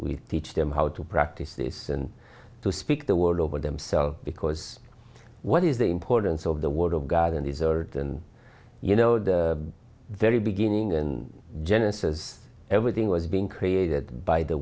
we teach them how to practice this and to speak the world over themselves because what is the importance of the word of god and these are you know the very beginning and genesis everything was being created by the